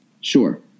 Sure